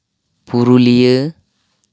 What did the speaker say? Purulia